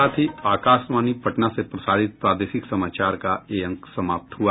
इसके साथ ही आकाशवाणी पटना से प्रसारित प्रादेशिक समाचार का ये अंक समाप्त हुआ